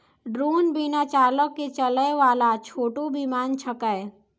drone बिना चालक के चलै वाला छोटो विमान छेकै